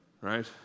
right